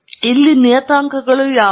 ಇಲ್ಲಿ ನಿಯತಾಂಕಗಳು ಯಾವುವು